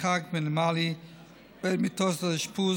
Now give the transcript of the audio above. מרחק מינימלי בין מיטות האשפוז